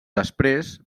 després